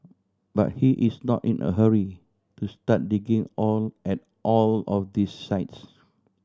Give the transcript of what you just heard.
but he is not in a hurry to start digging all at all of these sites